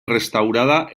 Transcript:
restaurada